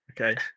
Okay